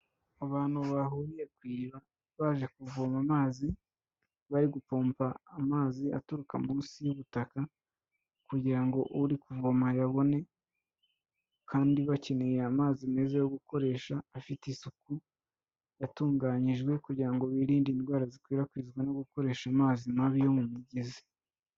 Abantu bahuriye ku iriba baje kuvoma amazi, bari gupompa amazi aturuka munsi y'ubutaka kugira ngo uri kuvoma ayabone kandi bakeneye amazi meza yo gukoresha afite isuku, yatunganyijwe kugira ngo birinde indwara zikwirakwizwa no gukoresha amazi mabi yo mu migezi.